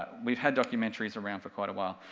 we've had documentaries around for quite a while.